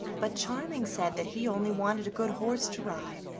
but charming said that he only wanted a good horse to ride,